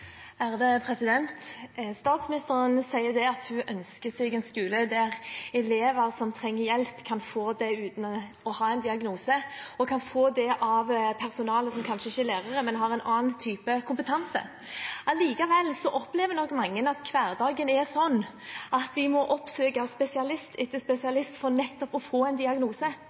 Statsministeren sier at hun ønsker seg en skole der elever som trenger hjelp, kan få det uten å ha en diagnose, og kan få det av personale som kanskje ikke er lærere, men har en annen type kompetanse. Allikevel opplever nok mange at hverdagen er sånn at de må oppsøke spesialist etter spesialist for nettopp å få en diagnose,